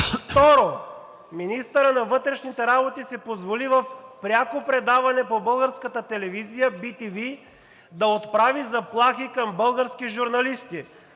Второ, министърът на вътрешните работи си позволи в пряко предаване по българската телевизия – bTV, да отправи заплахи към български журналисти.